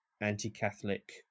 anti-Catholic